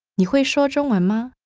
ni hui shuo zhong wen ma?